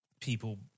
people